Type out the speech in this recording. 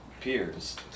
peers